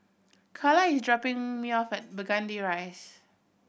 Carla is dropping me off at Burgundy Rise